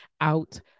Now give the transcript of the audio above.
out